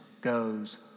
goes